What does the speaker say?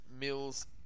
Mills